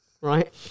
right